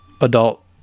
adult